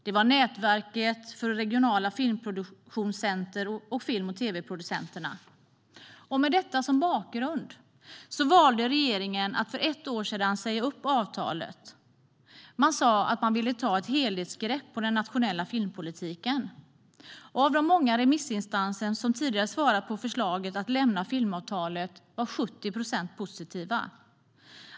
Det var Nätverket för Regionala Filmproduktionscenter och Film & TV-Producenterna. Med detta som bakgrund valde regeringen att för ett år sedan säga upp avtalet. Man sa att man ville ta ett helhetsgrepp på den nationella filmpolitiken. Av de många remissinstanser som tidigare svarat på förslaget att lämna filmavtalet var 70 procent positiva.